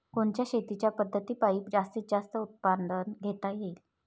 कोनच्या शेतीच्या पद्धतीपायी जास्तीत जास्त उत्पादन घेता येईल?